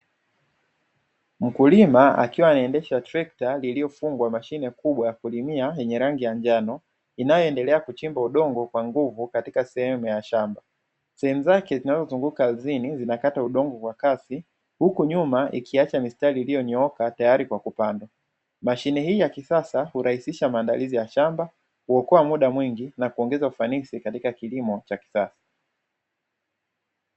Mkulima akiwa anaendesha trekta iliyofungwa mashine kubwa ya kulimia yenye rangi ya njano, inayoendelea kuchimba udongo kwa nguvu katika sehemu ya shamba; sehemu zake zinazozunguka ardhini zinakata udongo wa kazi, huku nyuma ikiacha mistari iliyonyooka tayari kwa kupanda. Mashine hii ya kisasa hurahisisha maandalizi ya shamba, huokoa muda mwingi na kuongeza ufanisi katika kilimo cha kisasa.